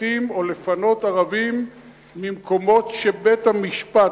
בתים או לפנות ערבים ממקומות שבית-המשפט,